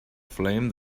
flame